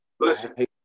Listen